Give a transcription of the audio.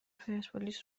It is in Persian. پرسپولیس